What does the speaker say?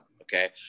okay